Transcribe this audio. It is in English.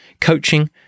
Coaching